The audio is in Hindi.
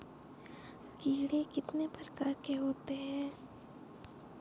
कीड़े कितने प्रकार के होते हैं?